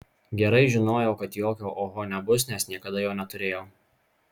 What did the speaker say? gerai žinojau kad jokio oho nebus nes niekada jo neturėjau